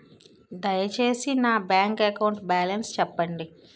దయచేసి నా bank account balance చెప్పండి